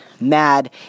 mad